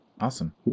Awesome